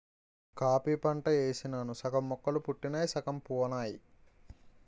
coffee పంట యేసినాను సగం మొక్కలు పుట్టినయ్ సగం పోనాయి